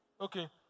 Okay